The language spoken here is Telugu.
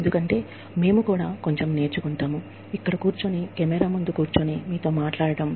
ఎందుకంటే మేము కూడా ఇక్కడ కూర్చుని కొంచెం నేర్చుకుంటాము కెమెరా ముందు కూర్చుని మీతో మాట్లాడటం